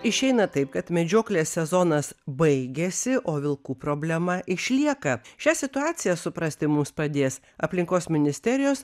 išeina taip kad medžioklės sezonas baigiasi o vilkų problema išlieka šią situaciją suprasti mums padės aplinkos ministerijos